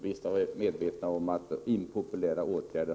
Visst har vi varit medvetna om följderna av impopulära åtgärder!